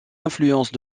influences